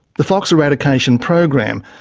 the fox eradication program,